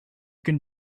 can